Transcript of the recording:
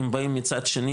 אם באים מצד שני,